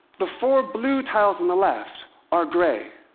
the four blue tiles on the left are gray.